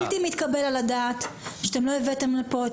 זה בלתי מתקבל על הדעת שאתם לא הבאתם לפה את